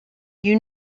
you